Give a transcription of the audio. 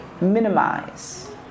Minimize